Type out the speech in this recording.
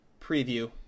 preview